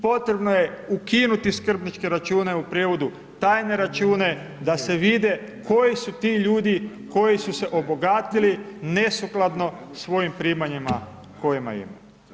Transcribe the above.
Potrebno je ukinuti skrbničke račune, u prijevodu tajne račune, da se vide koji su ti ljudi, koji su se obogatili nesukladno svojim primanjima koje imaju.